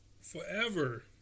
forever